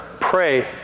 pray